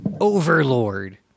overlord